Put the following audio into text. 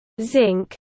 zinc